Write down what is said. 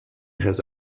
has